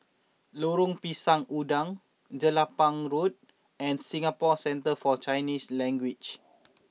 Lorong Pisang Udang Jelapang Road and Singapore Centre For Chinese Language